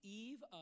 eve